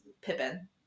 pippin